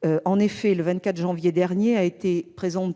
présentée le 24 janvier dernier